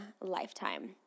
Lifetime